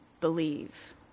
believe